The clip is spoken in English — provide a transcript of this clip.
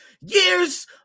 years